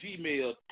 Gmail